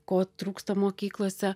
ko trūksta mokyklose